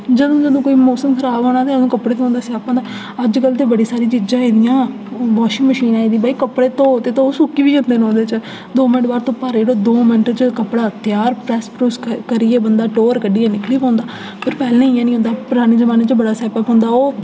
जदूं जदूं कोई मौसम खराब होना ते अदूं कपड़े धोन दा स्यापा होंदा अजकल ते बड़ी सारी चीजां आई दियां हून वाशिंग मशीन आई दी भाई कपड़े धो ते धो सुक्की बी जंदे न ओह्दे च दो मिंट बाह्र धुप्पा रेड़ो दो मिंट च कपड़ा त्यार कपड़ा प्रैस्स प्रुस्स करियै बंदा टौह्र कड्ढियै निकली पौंदा पर पैह्ले इ'यां निं होंदा हा पराने जमाने च बड़ा स्यापा पौंदा हा ओह्